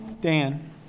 Dan